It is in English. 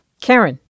Karen